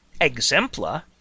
Exempla